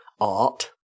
art